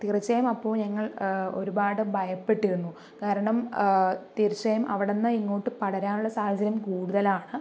തീർച്ചയായും അപ്പോ ഞങ്ങൾ ഒരുപാട് ഭയപ്പെട്ടിരുന്നു കാരണം തീർച്ചയായും അവിടുന്ന് ഇങ്ങോട്ട് പടരാൻ ഉള്ള സാഹചര്യം കൂടുതലാണ്